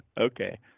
Okay